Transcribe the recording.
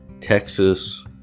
Texas